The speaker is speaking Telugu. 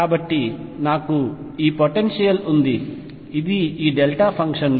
కాబట్టి నాకు ఈ పొటెన్షియల్ ఉంది ఇది ఈ డెల్టా ఫంక్షన్లు